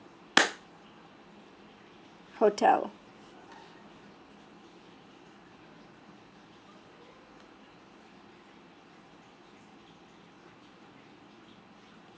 hotel